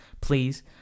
please